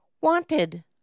Wanted